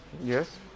Yes